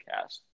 cast